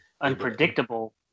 unpredictable